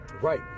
Right